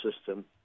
system